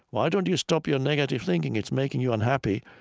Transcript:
why don't you stop your negative thinking? it's making you unhappy,